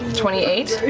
twenty eight,